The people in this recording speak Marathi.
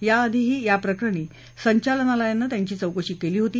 याआधीही याप्रकरणी संचालनालयानं त्यांची चौकशी केली होती